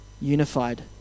unified